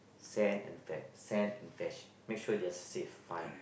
send and fetch send and fetch make sure they are safe fine